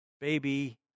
baby